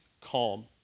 calm